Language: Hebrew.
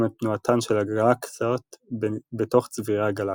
את תנועתן של גלקסיות בתוך צבירי הגלקסיות.